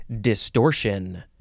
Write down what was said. distortion